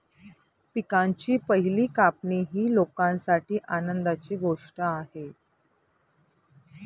पिकांची पहिली कापणी ही लोकांसाठी आनंदाची गोष्ट आहे